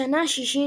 בשנה השישית,